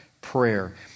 prayer